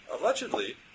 allegedly